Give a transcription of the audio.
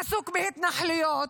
עסוק בהתנחלויות.